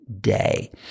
day